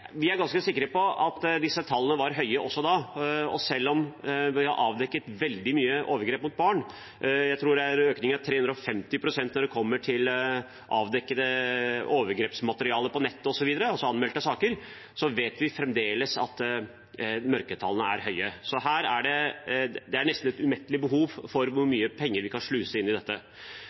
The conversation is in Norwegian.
Vi er ganske sikre på at disse tallene var høye også tidligere, og selv om det er avdekket veldig mange overgrep mot barn – jeg tror det er en økning på 350 pst. når det kommer til avdekket overgrepsmateriale på nett, osv., altså anmeldte saker – vet vi at mørketallene fremdeles er høye. Det er nesten et umettelig behov med tanke på hvor mye penger vi kan sluse inn i dette.